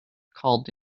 called